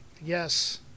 Yes